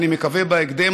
אני מקווה בהקדם.